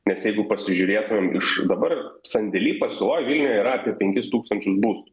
nes jeigu pasižiūrėtumėm iš dabar sandėly pasiūloj vilniuje yra apie penkis tūkstančius būstų